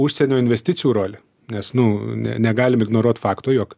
užsienio investicijų rolė nes nu ne negalim ignoruot faktų jog